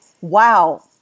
wow